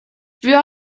wir